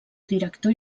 director